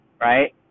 right